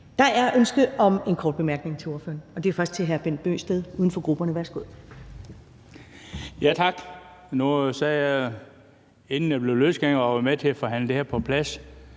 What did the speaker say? Der er ønsker om en kort bemærkning til ordføreren, og det er først fra hr. Bent Bøgsted, uden for grupperne. Værsgo. Kl. 13:42 Bent Bøgsted (UFG): Tak. Inden jeg blev løsgænger, var jeg med til at forhandle det her på plads,